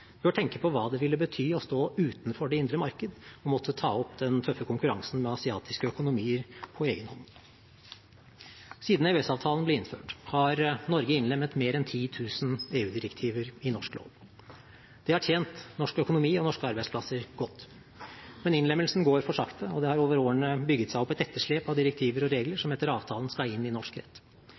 bør tenke på hva det ville bety å stå utenfor det indre marked og måtte ta opp den tøffe konkurransen med asiatiske økonomier på egen hånd. Siden EØS-avtalen ble innført, har Norge innlemmet mer enn 10 000 EU-direktiver i norsk lov. Det har tjent norsk økonomi og norske arbeidsplasser godt. Men innlemmelsen går for sakte, og det har over årene bygget seg opp et etterslep av direktiver og regler som etter avtalen skal inn i norsk rett.